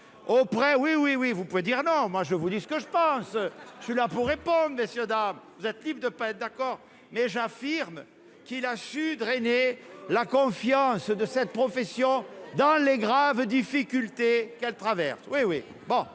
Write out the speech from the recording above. oui oui oui, vous pouvez dire non, moi je vous dis ce que je pense, je suis là pour répondre, messieurs dames, vous êtes type de pas être d'accord, mais j'affirme qu'il a su drainer la confiance de cette profession dans les graves difficultés qu'elles traversent, oui, oui, bon,